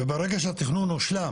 וברגע שהתכנון הושלם